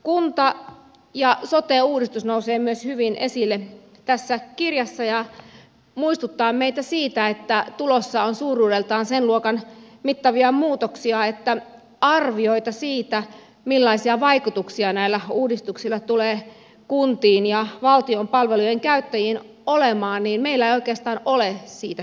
kunta ja sote uudistus nousee myös hyvin esille tässä kirjassa ja muistuttaa meitä siitä että tulossa on suuruudeltaan sen luokan mittavia muutoksia että arvioita siitä millaisia vaikutuksia näillä uudistuksilla tulee kuntiin ja valtion palvelujen käyttäjiin olemaan meillä ei oikeastaan ole eikä siitä tietoa